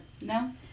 No